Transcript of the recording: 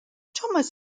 thomas